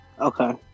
Okay